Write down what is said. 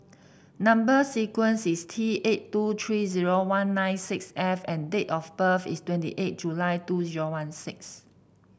number sequence is T eight two three zero one nine six F and date of birth is twenty eight July two zero one six